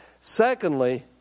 Secondly